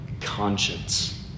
conscience